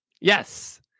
yes